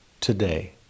today